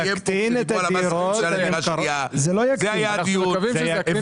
תודה רבה.